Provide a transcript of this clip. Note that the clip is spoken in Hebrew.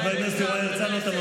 כי אבא שלי נרצח לנגד עינינו,